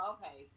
Okay